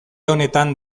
honetan